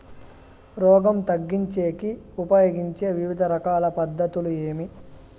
రోగం తగ్గించేకి ఉపయోగించే వివిధ రకాల పద్ధతులు ఏమి?